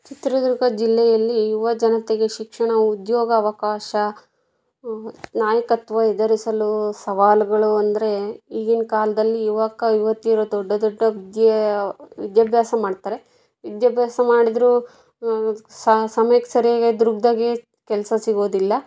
ಚಿತ್ರದುರ್ಗ ಜಿಲ್ಲೆಯಲ್ಲಿ ಯುವ ಜನತೆಗೆ ಶಿಕ್ಷಣವು ಉದ್ಯೋಗ ಅವಕಾಶ ನಾಯಕತ್ವ ಎದುರಿಸಲು ಸವಾಲುಗಳು ಅಂದರೆ ಈಗಿನ ಕಾಲದಲ್ಲಿ ಯುವಕ ಯುವತಿಯರು ದೊಡ್ಡ ದೊಡ್ಡ ವಿದ್ಯೆ ವಿದ್ಯಾಭ್ಯಾಸ ಮಾಡ್ತಾರೆ ವಿದ್ಯಾಭ್ಯಾಸ ಮಾಡಿದರೂ ಸಮಯಕ್ಕೆ ಸರಿಯಾಗಿ ದುರ್ಗದಾಗೆ ಕೆಲಸ ಸಿಗೋದಿಲ್ಲ